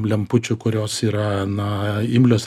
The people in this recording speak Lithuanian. lempučių kurios yra na imlios